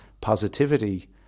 positivity